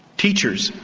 teachers,